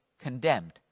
condemned